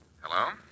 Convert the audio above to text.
Hello